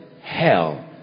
hell